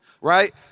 Right